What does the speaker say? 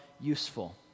useful